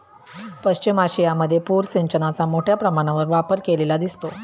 पश्चिम आशियामध्ये पूर सिंचनाचा मोठ्या प्रमाणावर वापर केलेला दिसतो